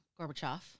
Gorbachev